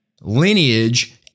lineage